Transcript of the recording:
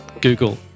google